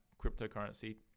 cryptocurrency